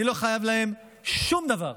אני לא חייב להם שום דבר.